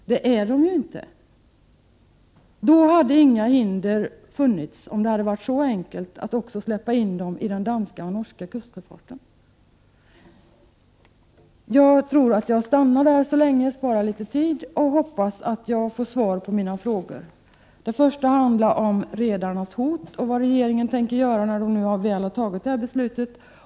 Det är de inte. Då hade inga hinder funnits, om det hade varit så enkelt att också släppa in dem i den danska och norska kustsjöfarten. Jag stannar där så länge och sparar litet tid. Jag hoppas att jag får svar på mina frågor. För det första handlar det om redarnas hot och vad regeringen tänker göra, när man nu har tagit detta beslut.